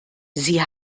sie